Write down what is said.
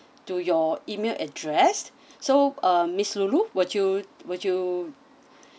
to your email address so uh miss loulou would you would you